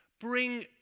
bring